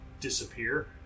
disappear